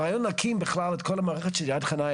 הרעיון להקים בכלל את כל המערכת של יד חנה,